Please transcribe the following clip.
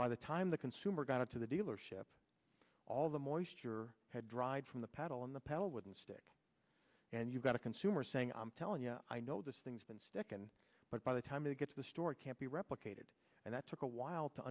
by the time the consumer got to the dealership all the moisture had dried from the pedal and the pedal wouldn't stick and you've got a consumer saying i'm telling you i know this thing's been sticken but by the time you get to the store it can't be replicated and that took a while to